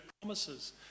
promises